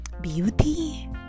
beauty